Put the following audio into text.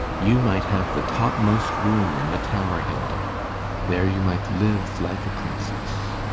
you might have the topmost room in the tower, hilda there you might live like a princess.